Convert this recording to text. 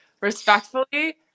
Respectfully